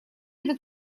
этот